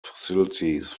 facilities